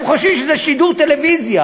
הם חושבים שזה שידור טלוויזיה,